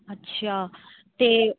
ਅੱਛਾ ਤੇ